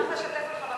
אשמח לשתף אותך במידע.